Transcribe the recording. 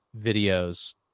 videos